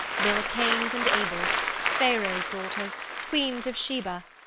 there were cains and abels, pharaoh's daughters queens of sheba,